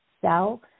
cell